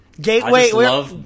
Gateway